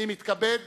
אני מתכבד